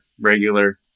regular